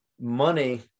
Money